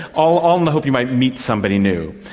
all all in the hope you might meet somebody knew.